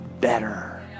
better